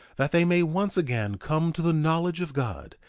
that they may once again come to the knowledge of god,